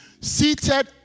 Seated